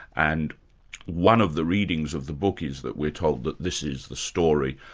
and one of the readings of the book is that we're told that this is the story,